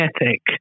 ethic